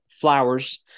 Flowers